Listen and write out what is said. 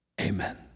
Amen